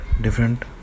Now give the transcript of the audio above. different